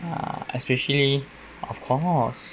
ya especially of course